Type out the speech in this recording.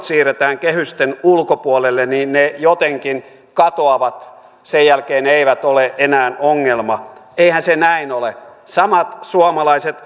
siirretään kehysten ulkopuolelle niin ne jotenkin katoavat että sen jälkeen ne eivät ole enää ongelma eihän se näin ole samat suomalaiset